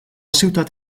ciutat